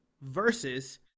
versus